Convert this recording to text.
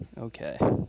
Okay